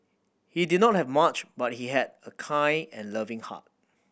he did not have much but he had a kind and loving heart